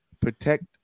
protect